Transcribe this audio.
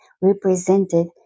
represented